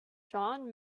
john